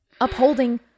Upholding